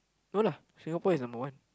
no lah Singapore is number one